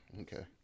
Okay